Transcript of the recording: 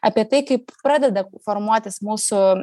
apie tai kaip pradeda formuotis mūsų